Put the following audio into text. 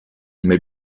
may